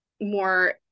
more